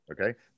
Okay